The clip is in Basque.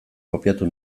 kopiatu